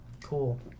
Cool